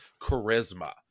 charisma